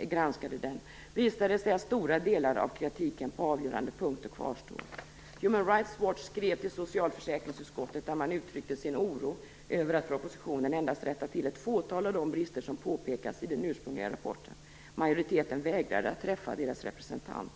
granskade den, visade det sig att stora delar av kritiken på avgörande punkten kvarstår. Human Rights Watch skrev till socialförsäkringsutskottet och uttryckte sin oro över att man i propositionen endast rättade till ett fåtal av de brister som påpekats i den ursprungliga rapporten. Majoriteten vägrade att träffa HRW:s representant.